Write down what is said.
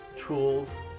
tools